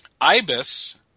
Ibis